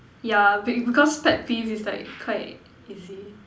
yeah because pet peeve is like quite easy